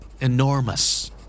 Enormous